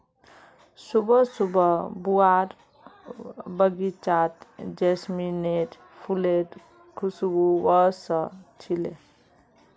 सुबह सुबह बुआर बगीचात जैस्मीनेर फुलेर खुशबू व स छिले